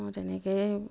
মই তেনেকৈয়ে